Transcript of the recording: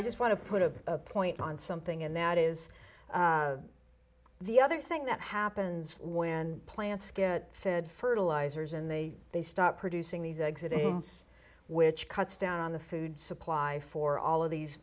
i just want to put a point on something and that is the other thing that happens when plants get fed fertilizers and they they start producing these exit wounds which cuts down on the food supply for all of these